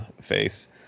face